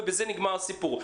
ובזה נגמר הסיפור.